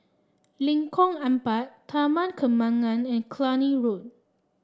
Lengkong Empat Taman Kembangan and Cluny Road